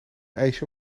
ijsje